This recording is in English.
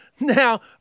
Now